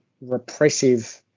repressive